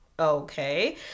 okay